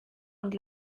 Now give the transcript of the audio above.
und